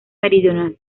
meridional